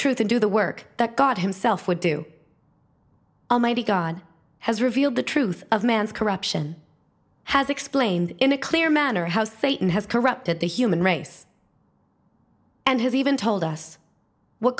truth and do the work that god himself would do a mighty god has revealed the truth of man's corruption has explained in a clear manner how satan has corrupted the human race and has even told us what